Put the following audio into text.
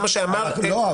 לא.